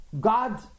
God